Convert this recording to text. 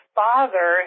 father